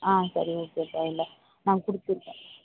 ஆ சரி ஓகே தேவையில்லை நான் கொடுத்துட்றேன்